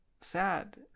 sad